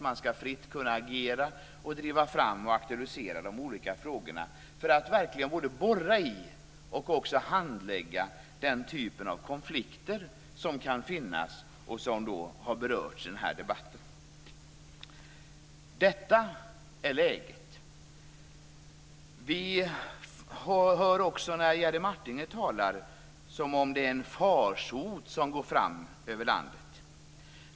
Man skall fritt kunna agera, driva fram och aktualisera de olika frågorna, för att verkligen både borra i och handlägga den typen av konflikter som kan finnas och som har berörts i den här debatten. Detta är läget. Vi hörde Jerry Martinger tala som om det är en farsot som går fram över landet.